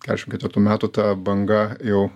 keturiasdešim ketvirtų metų ta banga jau